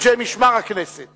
אנשי משמר הכנסת